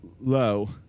low